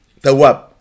Tawab